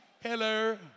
hello